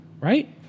right